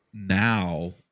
Now